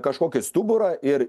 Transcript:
kažkokį stuburą ir